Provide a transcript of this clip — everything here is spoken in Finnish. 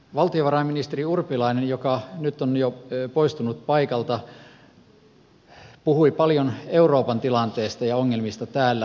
valtiovarainministeri urpilainen joka nyt on jo poistunut paikalta puhui paljon euroopan tilanteesta ja ongelmista täällä